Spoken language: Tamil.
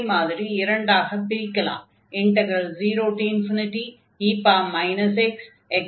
அதே மாதிரி இரண்டாகப் பிரிக்கலாம்